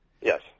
Yes